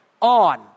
On